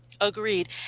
Agreed